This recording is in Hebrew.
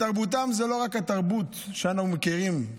תרבותם היא לא רק התרבות שאנו מכירים.